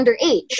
underage